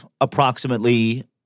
approximately